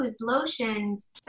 lotions